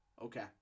Okay